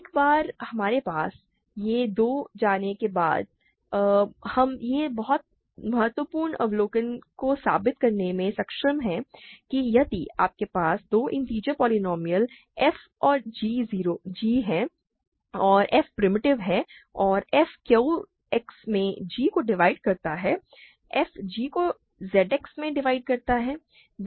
एक बार हमारे पास यह हो जाने के बाद हम इस बहुत महत्वपूर्ण अवलोकन को साबित करने में सक्षम हैं कि यदि आपके पास दो इन्टिजर पोलीनोमिअलस f और g हैं और f प्रिमिटिव है और f QX में g को डिवाइड करता है f g को Z X में डिवाइड करता है